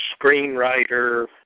screenwriter